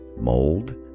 mold